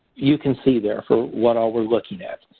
you can see there for what-all we're looking at.